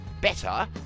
better